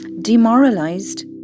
demoralized